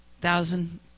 thousand